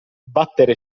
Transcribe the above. battere